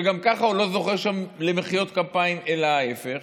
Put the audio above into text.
שגם ככה הוא לא זוכה שם למחיאות כפיים אלא ההפך,